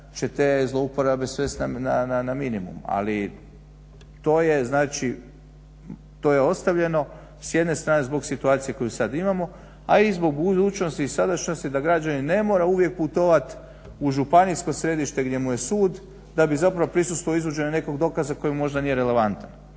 ćete zlouporabe svest na minimum, ali to je znači, to je ostavljeno s jedne strane zbog situacije koju sad imamo a i zbog budućnosti i sadašnjosti da građanin ne mora uvijek putovat u županijsko središte gdje mu je sud da bi zapravo prisustvovao izvođenju nekog dokaza koji možda nije relevantan.